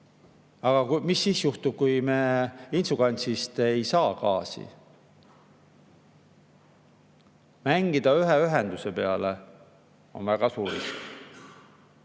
Aga mis siis juhtub, kui me Inčukalnsist ei saa gaasi? Mängida ühe ühenduse peale on väga suur